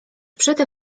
przede